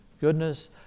Goodness